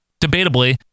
Debatably